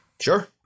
Sure